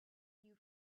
you